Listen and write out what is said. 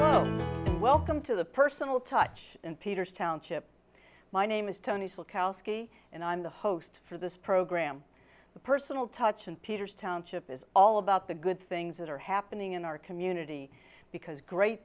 welcome to the personal touch and peters township my name is tony snow cal ski and i'm the host for this program the personal touch in peter's township is all about the good things that are happening in our community because great